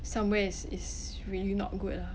somewhere is is really not good lah